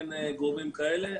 וגורמים כאלה.